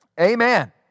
Amen